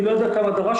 אני לא יודע כמה דרשנו,